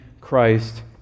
Christ